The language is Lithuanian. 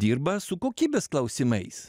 dirba su kokybės klausimais